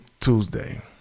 tuesday